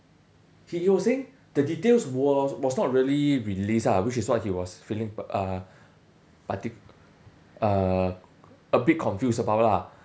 he was saying the details was was not really released ah which is what he was feeling uh parti~ uh a bit confused about lah